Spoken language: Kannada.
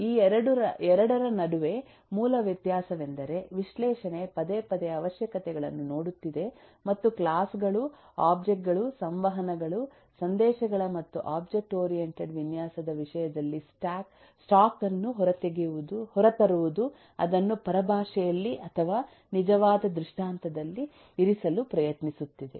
ಈ 2 ರ ನಡುವಿನ ಮೂಲ ವ್ಯತ್ಯಾಸವೆಂದರೆ ವಿಶ್ಲೇಷಣೆ ಪದೇ ಪದೇ ಅವಶ್ಯಕತೆಗಳನ್ನು ನೋಡುತ್ತಿದೆ ಮತ್ತು ಕ್ಲಾಸ್ ಗಳು ಒಬ್ಜೆಕ್ಟ್ ಗಳು ಸಂವಹನಗಳು ಸಂದೇಶಗಳ ಮತ್ತು ಒಬ್ಜೆಕ್ಟ್ ಓರಿಯೆಂಟೆಡ್ ವಿನ್ಯಾಸದ ವಿಷಯದಲ್ಲಿ ಸ್ಟಾಕ್ ಅನ್ನು ಹೊರತರುವುದು ಅದನ್ನು ಪರಿಭಾಷೆಯಲ್ಲಿ ಅಥವಾ ನಿಜವಾದ ದೃಷ್ಟಾಂತದಲ್ಲಿ ಇರಿಸಲು ಪ್ರಯತ್ನಿಸುತ್ತಿದೆ